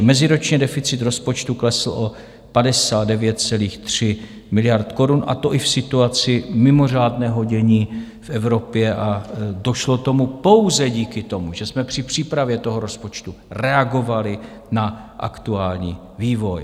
Meziročně deficit rozpočtu klesl o 59,3 miliardy korun, a to i v situaci mimořádného dění v Evropě, a došlo k tomu pouze díky tomu, že jsme při přípravě toho rozpočtu reagovali na aktuální vývoj.